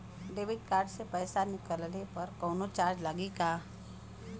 Debit card से पैसा निकलले पर कौनो चार्ज लागि का?